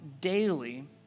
daily